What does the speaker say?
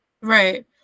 Right